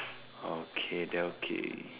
okay there okay